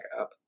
up